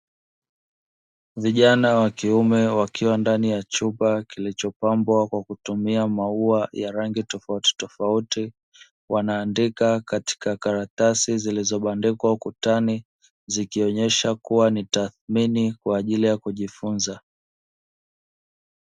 Vijana wa kiume wakiwa ndani ya chumba kilichopambwa kwa kutumia maua ya rangi tofautitofauti, wanaandika katika karatasi zilizobandikwa ukutani; zikionyesha kuwa ni tathmini kwa ajili ya kujifunza.